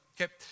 Okay